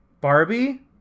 Barbie